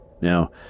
Now